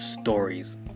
stories